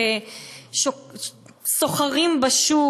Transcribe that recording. כסוחרים בשוק.